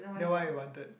then why you wanted